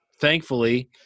Thankfully